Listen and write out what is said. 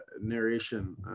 narration